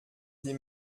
sie